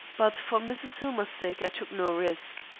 but, for mrs. hillmer's sake, i took no risk.